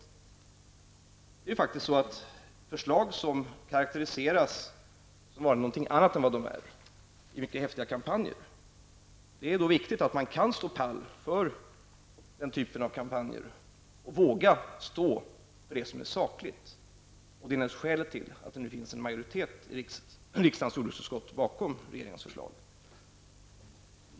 Det är viktigt att man kan stå pall för kampanjer där förslag karakteriseras som något annat än vad de är och att man vågar stå för det som är sakligt. Det är naturligtvis skälet till att det nu finns en majoritet i riksdagens jordbruksutskott bakom regeringens förslag.